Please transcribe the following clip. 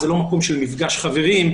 זה לא מקום של מפגש חברים.